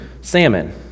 Salmon